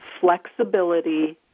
flexibility